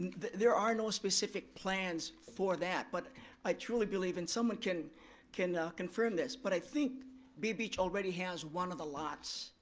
there are no specific plans for that, but i truly believe, and someone can can confirm this, but i think bay beach already has one of the lots.